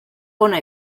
hona